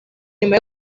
nyuma